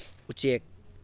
ꯎꯆꯦꯛ